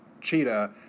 Cheetah